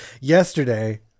yesterday